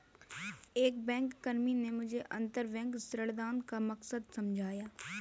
एक बैंककर्मी ने मुझे अंतरबैंक ऋणदान का मकसद समझाया